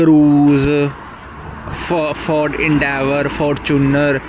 cruise ਫੋ Ford Endeavour Fortuner